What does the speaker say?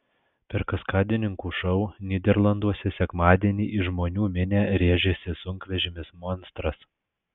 per kaskadininkų šou nyderlanduose sekmadienį į žmonų minią rėžėsi sunkvežimis monstras